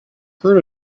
heard